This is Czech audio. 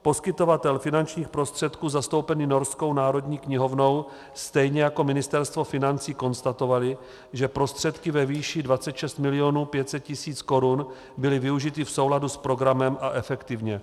Poskytovatel finančních prostředků zastoupený Norskou národní knihovnou stejně jako Ministerstvo financí konstatovaly, že prostředky ve výši 26 mil. 500 tis. korun byly využity v souladu s programem a efektivně.